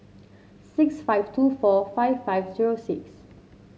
six five two four five five zero six